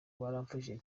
baramfashije